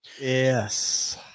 Yes